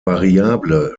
variable